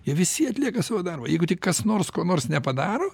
jie visi atlieka savo darbą jeigu tik kas nors ko nors nepadaro